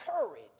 courage